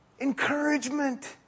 encouragement